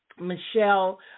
Michelle